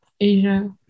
Asia